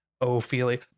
Ophelia